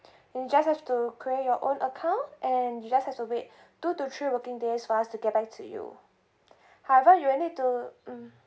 you just have to create your own account and you just have to wait two to three working days for us to get back to you however you will need to mm